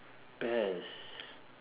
best